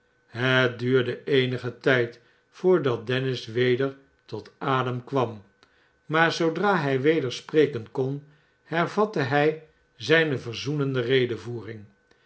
het duurde eenigen tijd voordat dennis weder tot adem kwam maar zoodra hij weder spreken kon hervatte hij zijne verzoenende cedevoering